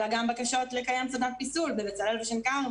אלא גם בקשות לקיים סדנת פיסול בבצלאל ושנקר,